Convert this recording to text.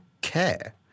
care